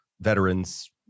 veterans